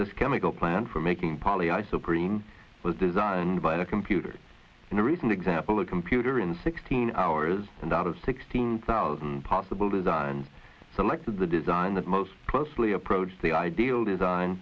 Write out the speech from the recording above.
this chemical plant for making polly i so green was designed by a computer in a recent example a computer in sixteen hours and out of sixteen thousand possible designs selected the design that most closely approached the ideal design